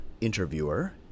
interviewer